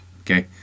Okay